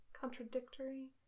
contradictory